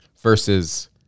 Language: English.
versus